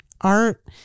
art